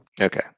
okay